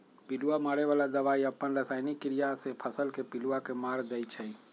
पिलुआ मारे बला दवाई अप्पन रसायनिक क्रिया से फसल के पिलुआ के मार देइ छइ